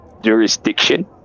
jurisdiction